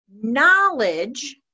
knowledge